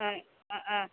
হয় অ অ